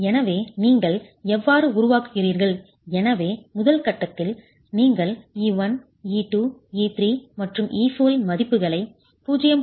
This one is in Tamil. எனவே நீங்கள் எவ்வாறு உருவாக்குகிறீர்கள் எனவே முதல் கட்டத்தில் நீங்கள் ε1 ε2 ε3 மற்றும் ε4 இன் மதிப்புகளை 0